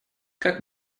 как